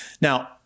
Now